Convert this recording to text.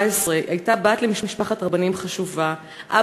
שהייתה בת למשפחת רבנים חשובה במאה ה-17.